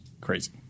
crazy